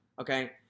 Okay